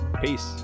peace